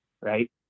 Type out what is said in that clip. right